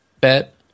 bet